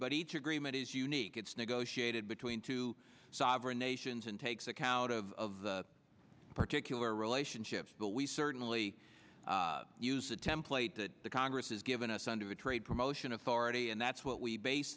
but each agreement is unique it's negotiated between two sovereign nations and takes account of particular relationships but we certainly use a template that the congress has given us under trade promotion authority and that's what we base